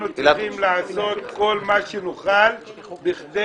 אנחנו צריכים לעשות כל מה שנוכל בכדי